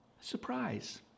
Surprise